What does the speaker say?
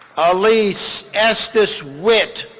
elise estes whitt.